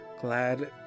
glad